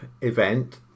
event